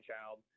Child